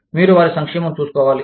మీరు వారి సంక్షేమం చూసుకోవాలి